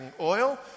oil